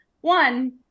One